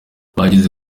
bageze